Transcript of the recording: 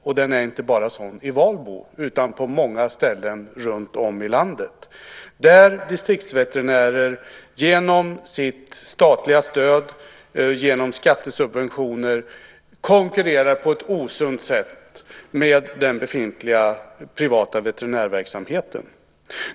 Och den är inte bara sådan i Valbo utan på många ställen runtom i landet där distriktsveterinärer, genom sitt statliga stöd och genom skattesubventioner, konkurrerar på ett osunt sätt med den befintliga privata veterinärverksamheten.